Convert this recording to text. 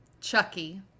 chucky